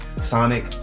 Sonic